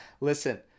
Listen